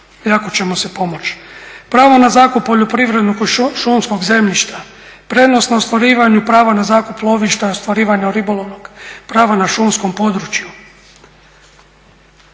ako ćemo se pomoć. Pravo na zakup poljoprivrednog šumskog zemljišta, prednost na ostvarivanju prava na zakup lovišta, i ostvarivanja ribolovnog, prava na šumskom području.